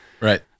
Right